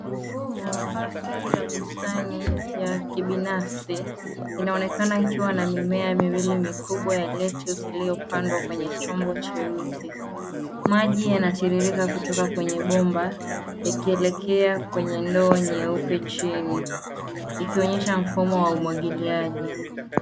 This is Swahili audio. Nafasi ya bustani ya kibinafsi inaonekana ikiwa na mimea miwili kubwa ya lettuce iliyopandwa kwenye chombo cheusi. Maji yanatiririka kutoka kwenye bomba yakielekea kwenye ndoo nyeupe chini ikionyesha mfumo wa umwagiliaji.